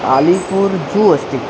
Alipur zoo अस्ति